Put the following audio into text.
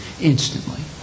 instantly